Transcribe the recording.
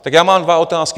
Tak já mám dvě otázky.